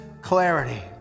clarity